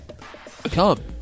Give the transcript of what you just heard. Come